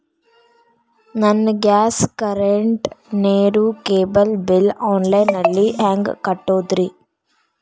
ನನ್ನ gas, current, ನೇರು, cable bill online ನಲ್ಲಿ ಹೆಂಗ್ ಕಟ್ಟೋದ್ರಿ?